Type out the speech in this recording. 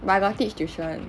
but I got teach tuition